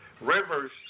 rivers